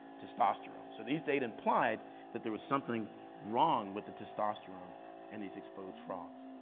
testosterone. so these data implied that there was something wrong with the testosterone and these exposed frogs.